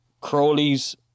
Crowley's